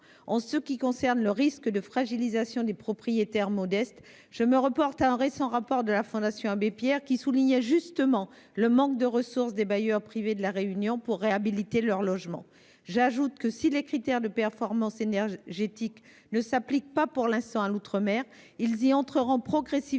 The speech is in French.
durcir ? Concernant le risque de fragilisation des propriétaires modestes, je me reporte à un récent rapport de la Fondation Abbé Pierre, qui soulignait justement le manque de ressources des bailleurs privés de La Réunion pour réhabiliter leurs logements. J'ajoute que, si les critères de performance énergétique ne s'appliquent pas pour l'instant dans les outre-mer, ils y entreront progressivement